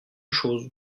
chose